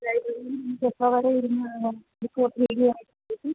ലൈബ്രറീൽ നമുക്ക് എപ്പം വരെ ഇരുന്ന് ബുക്കുമൊക്കെ ഇരുന്ന് വായിക്കാൻ എന്തോ ചേച്ചി